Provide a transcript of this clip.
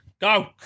Go